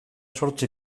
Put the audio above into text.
zortzi